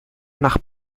nach